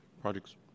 Projects